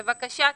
בבקשה.